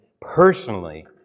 personally